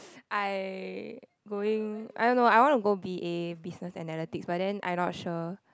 I going I don't know I wanna go b_a business analytics but then I not sure